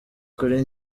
kuri